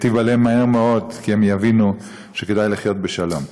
תיבלם מהר מאוד, כי הם יבינו שכדאי לחיות בשלום.